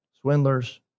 Swindlers